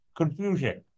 confusion